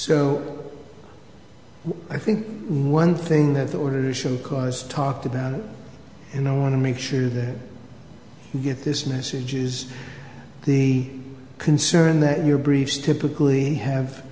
so i think one thing that the order to show cause talked about it and i want to make sure that you get this message is the concern that your briefs typically have